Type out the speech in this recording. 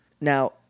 Now